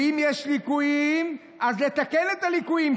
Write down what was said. ואם יש ליקויים אז לתקן את הליקויים,